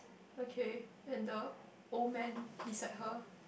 okay and the old man beside her